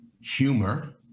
humor